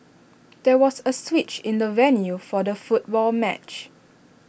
there was A switch in the venue for the football match